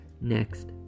next